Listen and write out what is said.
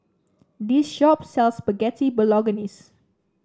this shop sells Spaghetti Bolognese